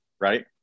right